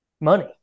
Money